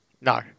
No